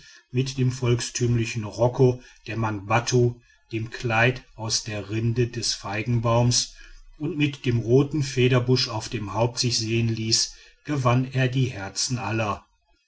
mit dem volkstümlichen rokko der mangbattu dem kleid aus der rinde des feigenbaums und mit dem roten federbusch auf dem haupt sich sehen ließ gewann er die herzen aller